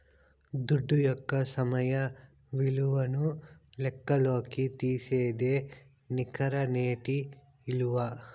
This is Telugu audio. దుడ్డు యొక్క సమయ విలువను లెక్కల్లోకి తీసేదే నికర నేటి ఇలువ